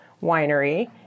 Winery